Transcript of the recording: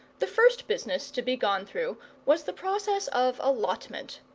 the first business to be gone through was the process of allotment.